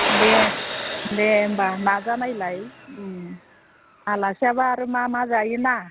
दे दे होमबा नाजानायलाय आलासियाबा आरो मा मा जायोना